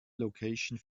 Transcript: location